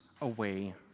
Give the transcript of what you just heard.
away